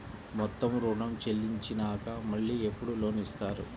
మొత్తం ఋణం చెల్లించినాక మళ్ళీ ఎప్పుడు లోన్ ఇస్తారు?